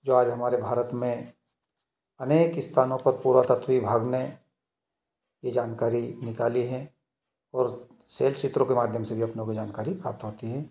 जो आज हमारे भारत में अनेक स्थानों पर पुरातत्व विभाग में ये जानकारी निकाली है और सेल चित्रों के माध्यम से भी अपने को जानकारी प्राप्त होती है